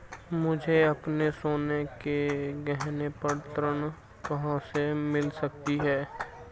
मुझे अपने सोने के गहनों पर ऋण कहां से मिल सकता है?